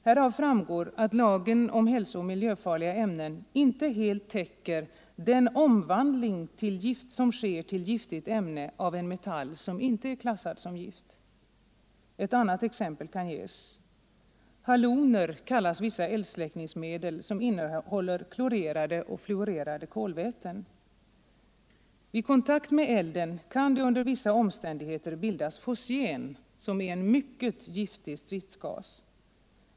Härav framgår att lagen om hälsooch miljöfarliga ämnen inte helt täcker den omvandling till giftigt ämne som sker av en metall som inte är klassad som gift. Ett annat exempel kan ges. Haloner kallas vissa eldsläckningsmedel som innehåller klorerade och fluorerade kolväten. Vid kontakt med elden — Nr 124 kan dessa medel under vissa omständigheter bilda fosgen, som är en Tisdagen den mycket giftig stridsgas.